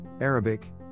Arabic